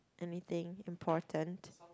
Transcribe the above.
anything important